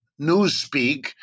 newspeak